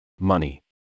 Money